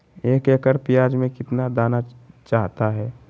एक एकड़ प्याज में कितना दाना चाहता है?